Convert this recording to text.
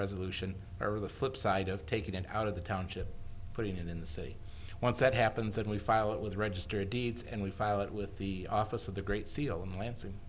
resolution or the flip side of taking it out of the township putting it in the city once that happens and we file it with registered deeds and we file it with the office of the great seal in lansing